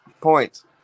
points